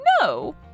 No